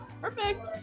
Perfect